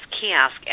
kiosk